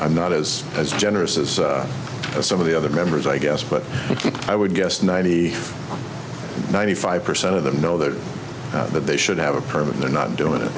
i'm not as as generous as some of the other members i guess but i would guess ninety ninety five percent of them know that that they should have a permit they're not doing